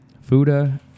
Fuda